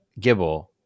Gibble